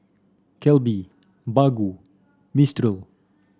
Calbee Baggu Mistral